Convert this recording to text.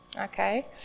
Okay